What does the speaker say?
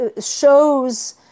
shows